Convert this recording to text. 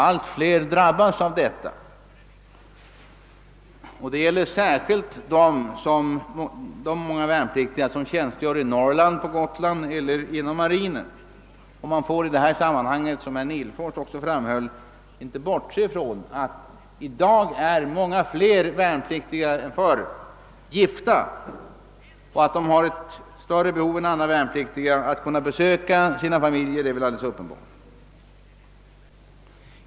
Allt fler drabbas härav. Det gäller särskilt de många värnpliktiga som tjänstgör i Norrland, på Gotland eller inom marinen. Som herr Nihlfors framhöll får man i detta sammanhang inte heller bortse från att i dag många fler värnpliktiga än förr är gifta, och att de gifta värnpliktiga har större behov än andra värnpliktiga att besöka sina familjer är väl alldeles uppenbart.